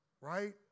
Right